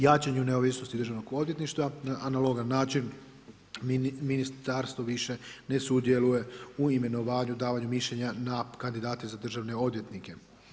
Jačanju neovisnosti Državnog odvjetništva analogan način Ministarstvo više ne sudjeluje u imenovanju, davanju mišljenja na kandidate za državne odvjetnike.